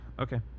Okay